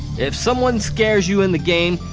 if someone scares you in the game,